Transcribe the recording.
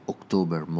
October